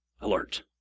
Alert